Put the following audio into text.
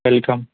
welcome